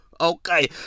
Okay